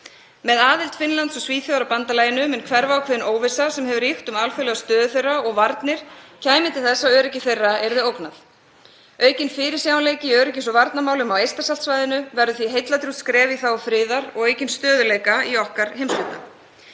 Með aðild Finnlands og Svíþjóðar að bandalaginu mun hverfa ákveðin óvissa sem hefur ríkt um alþjóðlega stöðu þeirra og varnir kæmi til þess að öryggi þeirra yrði ógnað. Aukinn fyrirsjáanleika í öryggis- og varnarmálum á Eystrasaltssvæðinu verður því heilladrjúgt skref í þágu friðar og aukins stöðugleika í okkar heimshluta.